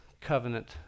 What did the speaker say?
covenant